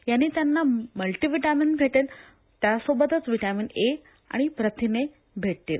याने त्यांना मल्टिव्हिटॅमिन भेटेल त्यासोबतच व्हिटॅमिन ए आणि प्रथिने भेटतील